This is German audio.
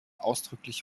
ausdrücklich